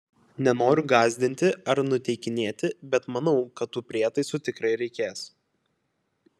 nenoriu gąsdinti ar nuteikinėti bet manau kad tų prietaisų tikrai reikės